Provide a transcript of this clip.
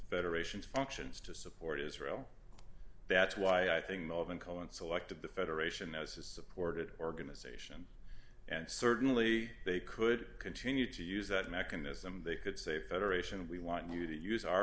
federation's functions to support israel that's why i think of and colin selected the federation as has supported organization and certainly they could continue to use that mechanism they could say federation we want you to use our